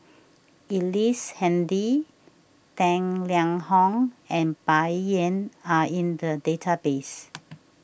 Ellice Handy Tang Liang Hong and Bai Yan are in the database